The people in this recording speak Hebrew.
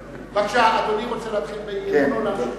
בבקשה, אדוני רוצה להתחיל באי-אמון או להמשיך?